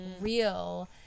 real